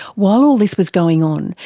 while all this was going on,